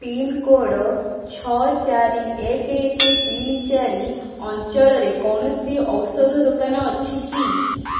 pincode ଛଅ ଚାରି ଏକ ଏକ ତିନି ଚାରି ଅଞ୍ଚଳରେ କୌଣସି ଔଷଧ ଦୋକାନ ଅଛି କି